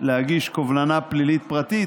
להגיש קובלנה פלילית פרטית,